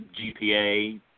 GPA